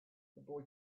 boy